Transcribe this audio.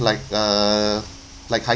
like uh like hiking